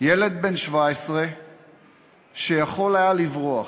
ילד בן 17 שיכול היה לברוח.